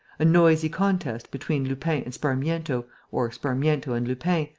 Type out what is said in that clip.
a noisy contest between lupin and sparmiento or sparmiento and lupin,